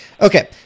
Okay